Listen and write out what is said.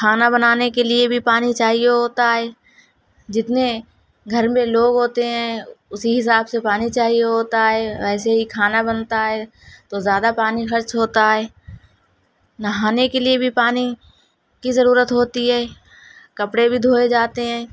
کھانا بنانے کے لیے بھی پانی چاہیے ہوتا ہے جتنے گھر میں لوگ ہوتے ہیں اسی حساب سے پانی چاہیے ہوتا ہے ویسے ہی کھانا بنتا ہے تو زیادہ پانی خرچ ہوتا ہے نہانے کے لیے بھی پانی کی ضرورت ہوتی ہے کپڑے بھی دھوئے جاتے ہیں